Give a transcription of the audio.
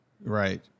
Right